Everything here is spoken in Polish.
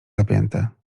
zapięte